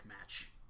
match